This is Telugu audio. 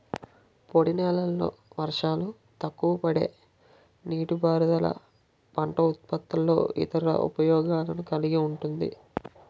పొడినేలల్లో వర్షాలు తక్కువపడే నీటిపారుదల పంట ఉత్పత్తుల్లో ఇతర ఉపయోగాలను కలిగి ఉంటుంది